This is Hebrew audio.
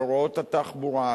על הוראות התחבורה,